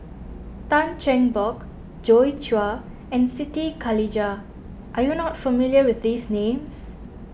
Tan Cheng Bock Joi Chua and Siti Khalijah are you not familiar with these names